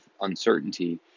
uncertainty